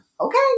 okay